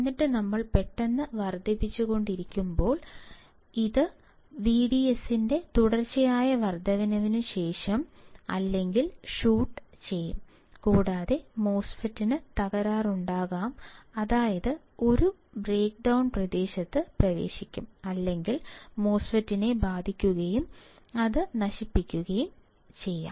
എന്നിട്ട് നമ്മൾ പെട്ടെന്നു വർദ്ധിച്ചുകൊണ്ടിരിക്കുമ്പോൾ അത് വിഡിഎസിന്റെ തുടർച്ചയായ വർദ്ധനവിന് ശേഷം അല്ലെങ്കിൽ ഷൂട്ട് ചെയ്യും കൂടാതെ മോസ്ഫെറ്റിന് തകരാറുണ്ടാകാം അതായത് ഒരു ബ്രേക്ക്ഡൌൺ പ്രദേശത്തേക്ക് പ്രവേശിക്കാം അല്ലെങ്കിൽ മോസ്ഫെറ്റിനെ ബാധിക്കുകയും അത് നശിക്കുകയും ചെയ്യാം